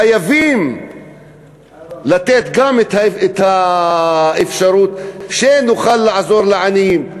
חייבים לתת גם את האפשרות שנוכל לעזור לעניים.